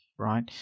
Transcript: Right